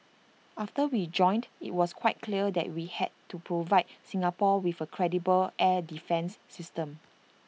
after we joined IT was quite clear that we had to provide Singapore with A credible air defence system